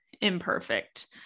imperfect